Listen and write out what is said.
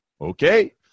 Okay